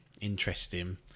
Interesting